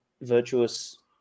virtuous